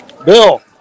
Bill